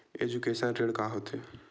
Education ऋण का होथे?